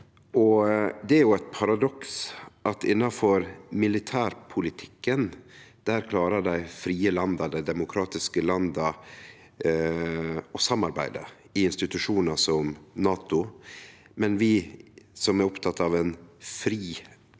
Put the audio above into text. det er eit paradoks at innanfor militærpolitikken klarar dei frie landa, dei demokratiske landa, å samarbeide i institusjonar som NATO, mens vi som er opptekne av ein